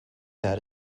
that